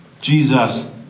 Jesus